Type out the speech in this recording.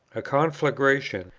a conflagration,